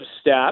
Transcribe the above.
step